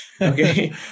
Okay